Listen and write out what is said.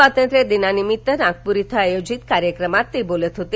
स्वातंत्र्य दिनानिमित्त नागपुर इथं आयोजित कार्यक्रमात ते बोलत होते